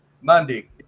Monday